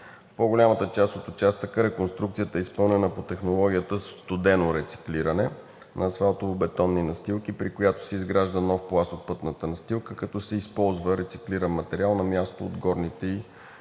В по-голямата част от участъка реконструкцията е изпълнена по технологията студено рециклиране на асфалтово-бетонни настилки, при която се изгражда нов пласт от пътната настилка, като се използва рециклиран материал на място от горните и